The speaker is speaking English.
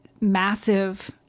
massive